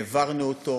העברנו אותו,